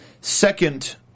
second